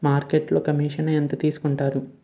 మార్కెట్లో కమిషన్ ఎంత తీసుకొంటారు?